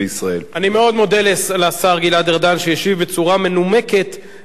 אני מאוד מודה לשר גלעד ארדן שהשיב בצורה מנומקת ביותר,